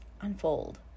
unfold